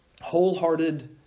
wholehearted